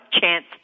chance